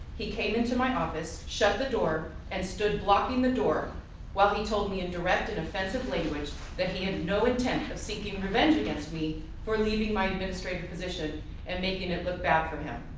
he came into my office, shut the door and stood blocking the door while he told me in direct and offensive language that he had no intent of seeking revenge against me for leaving my administrative position and making it look bad for him.